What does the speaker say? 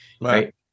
Right